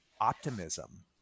optimism